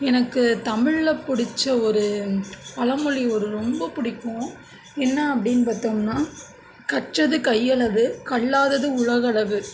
எனக்கு தமிழில் பிடிச்ச ஒரு பழமொழி ஒரு ரொம்ப பிடிக்கும் என்ன அப்படின் பார்த்தோம்னா கற்றது கையளவு கல்லாதது உலகளவு